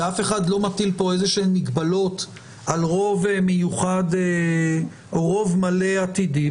ואף אחד לא מטיל פה איזשהן מגבלות על רוב מיוחד או רוב מלא עתידי,